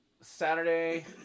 Saturday